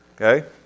okay